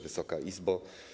Wysoka Izbo!